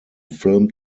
film